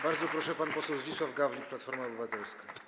Bardzo proszę, pan poseł Zdzisław Gawlik, Platforma Obywatelska.